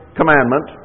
commandment